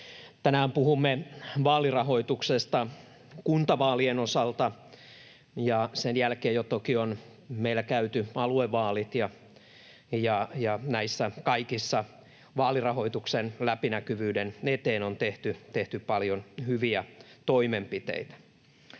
Tänään puhumme vaalirahoituksesta kuntavaalien osalta, ja sen jälkeen jo toki on meillä käyty aluevaalit. Näissä kaikissa vaalirahoituksen läpinäkyvyyden eteen on tehty paljon hyviä toimenpiteitä.